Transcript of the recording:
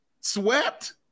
swept